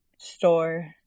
store